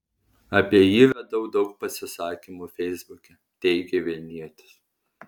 apie jį radau daug pasisakymų feisbuke teigė vilnietis